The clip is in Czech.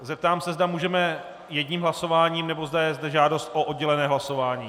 Zeptám se, zda můžeme jedním hlasováním, nebo zda je zde žádost o oddělené hlasování.